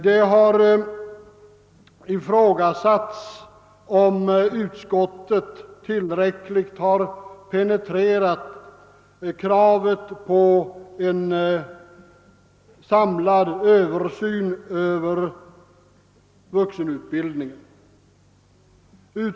Det har ifrågasatts, om utskottet tillräckligt har penetrerat kravet på en samlad översyn av vuxenutbildningen.